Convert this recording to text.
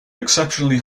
exceptionally